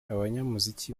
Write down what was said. abanyamuziki